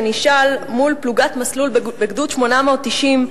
כשנשאל מול פלוגת מסלול בגדוד 890,